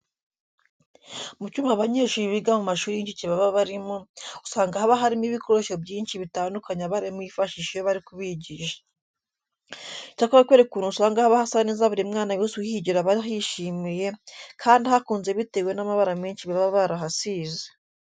Mu cyumba abanyeshuri biga mu mashuri y'incuke baba barimo, usanga haba harimo ibikoresho byinshi bitandukanye abarimu bifashisha iyo bari kubigisha. Icyakora kubera ukuntu usanga haba hasa neza buri mwana wese uhigira aba ahishimiye, kandi ahakunze bitewe n'amabara menshi baba barahasize.